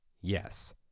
Yes